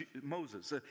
Moses